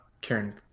Karen